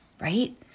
right